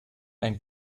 einen